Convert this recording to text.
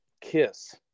kiss